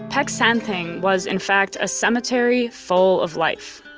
peck san theng was in fact a cemetery full of life.